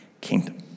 kingdom